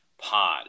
Pod